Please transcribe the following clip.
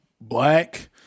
black